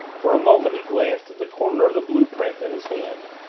for a moment he glanced at the corner of the blue-print in his hand,